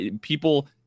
people –